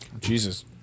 Jesus